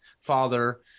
father